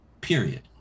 period